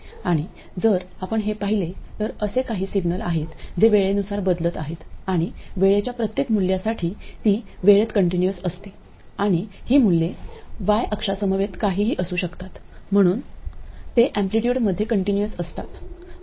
आणि जर आपण हे पाहिले तर असे काही सिग्नल आहेत जे वेळेनुसार बदलत आहेत आणि वेळेच्या प्रत्येक मूल्यासाठी ती वेळेत कंटीन्यूअस असते आणि ही मूल्ये y अक्षांसमवेत काहीही असू शकतात म्हणून ते एम्पलीट्यूडमध्ये कंटीन्यूअस असतात